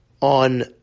on